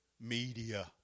Media